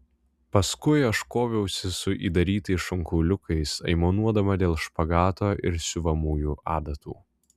paskui aš koviausi su įdarytais šonkauliukais aimanuodama dėl špagato ir siuvamųjų adatų